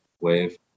wave